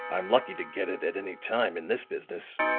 i'm lucky to get it at any time, in this business,